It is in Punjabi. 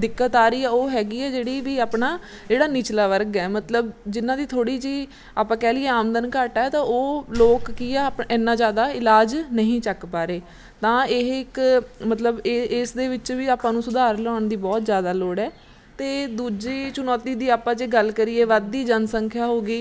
ਦਿੱਕਤ ਆ ਰਹੀ ਹੈ ਉਹ ਹੈਗੀ ਹੈ ਜਿਹੜੀ ਵੀ ਆਪਣਾ ਜਿਹੜਾ ਨਿਚਲਾ ਵਰਗ ਹੈ ਮਤਲਬ ਜਿਹਨਾਂ ਦੀ ਥੋੜ੍ਹੀ ਜਿਹੀ ਆਪਾਂ ਕਹਿ ਲਈਏ ਆਮਦਨ ਘੱਟ ਹੈ ਤਾਂ ਉਹ ਲੋਕ ਕੀ ਆ ਅਪ ਇੰਨਾਂ ਜ਼ਿਆਦਾ ਇਲਾਜ ਨਹੀਂ ਚੱਕ ਪਾ ਰਹੇ ਤਾਂ ਇਹ ਇੱਕ ਮਤਲਬ ਇ ਇਸ ਦੇ ਵਿੱਚ ਵੀ ਆਪਾਂ ਨੂੰ ਸੁਧਾਰ ਲਿਆਉਣ ਦੀ ਬਹੁਤ ਜ਼ਿਆਦਾ ਲੋੜ ਹੈ ਅਤੇ ਦੂਜੀ ਚੁਣੌਤੀ ਦੀ ਆਪਾਂ ਜੇ ਗੱਲ ਕਰੀਏ ਵਧਦੀ ਜਨਸੰਖਿਆ ਹੋ ਗਈ